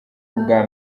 ubwa